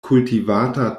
kultivata